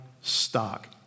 stock